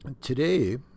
Today